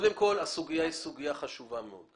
קודם כל, הסוגיה היא סוגיה חשובה מאוד.